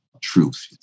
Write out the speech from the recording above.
truth